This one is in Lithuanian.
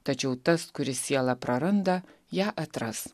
tačiau tas kuris sielą praranda ją atras